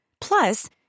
Plus